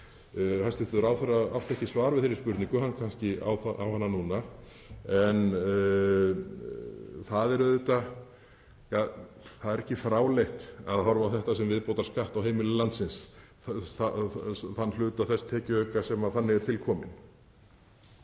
Hæstv. ráðherra átti ekki svar við þeirri spurningu, hann kannski á það núna, en það er auðvitað ekki fráleitt að horfa á þetta sem viðbótarskatt á heimili landsins, þann hluta þess tekjuauka sem þannig er tilkominn.